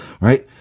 Right